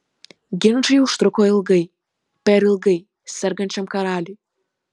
ginčai užtruko ilgai per ilgai sergančiam karaliui